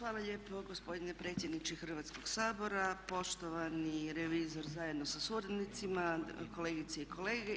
Hvala lijepo gospodine predsjedniče Hrvatskog sabora, poštovani revizore zajedno sa suradnicima, kolegice i kolege.